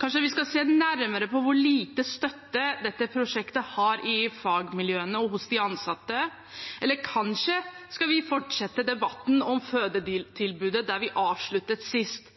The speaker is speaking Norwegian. Kanskje vi skal se nærmere på hvor lite støtte dette prosjektet har i fagmiljøene og hos de ansatte, eller kanskje vi skal fortsette debatten om fødetilbudet der vi avsluttet sist.